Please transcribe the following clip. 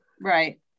Right